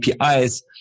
APIs